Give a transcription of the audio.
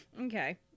Okay